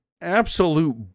absolute